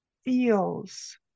feels